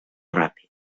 ràpid